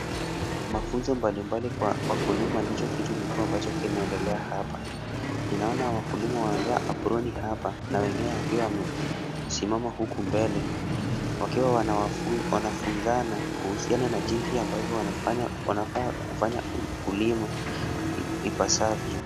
Mafunzo mbalimbali kwa wakulima ndicho kitu kikuu ambacho kinaendelea hapa. Ninaona wakulima wamevaa aproni hapa, na wengine wakiwa wamesimama huku mbele, wakiwa wanawafunzana kuhusiana na jinsi ambavyo wanafanya wanafaa kufanya kulima ipasavyo.